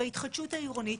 בהתחדשות העירונית,